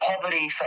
poverty